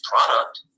product